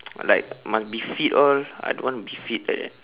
like must be fit all I don't want to be fit eh